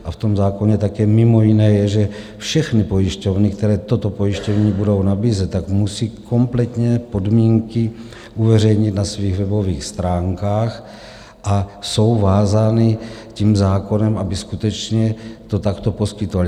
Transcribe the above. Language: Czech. A v tom zákoně také mimo jiné je, že všechny pojišťovny, které toto pojištění budou nabízet, musí kompletně podmínky uveřejnit na svých webových stránkách, a jsou vázány zákonem, aby skutečně to takto poskytovaly.